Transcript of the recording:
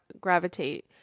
gravitate